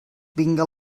vinga